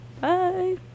Bye